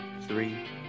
three